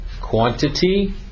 quantity